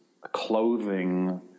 clothing